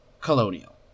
Colonial